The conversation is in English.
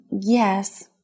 yes